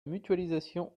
mutualisation